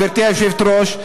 גברתי היושבת-ראש.